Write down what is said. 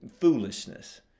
foolishness